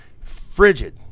frigid